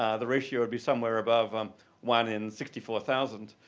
ah the ratio would be somewhere above um one in sixty four thousand.